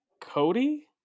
Cody